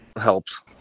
helps